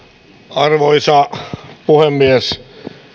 arvoisa puhemies